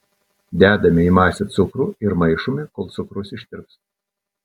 dedame į masę cukrų ir maišome kol cukrus ištirps